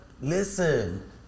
Listen